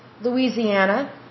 Louisiana